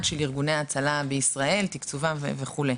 של ארגוני ההצלה בישראל תקצובם וכולי.